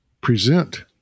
present